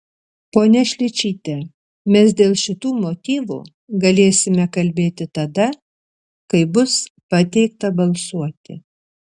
ponia šličyte mes dėl šitų motyvų galėsime kalbėti tada kai bus pateikta balsuoti